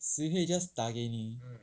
谁会 just 打给你